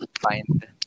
find